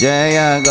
Jaya